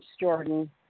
Jordan